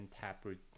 taproot